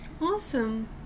awesome